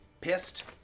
pissed